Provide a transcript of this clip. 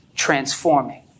transforming